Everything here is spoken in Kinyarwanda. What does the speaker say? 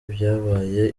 byabaye